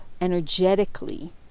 energetically